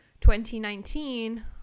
2019